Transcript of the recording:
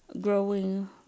growing